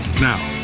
now,